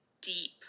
deep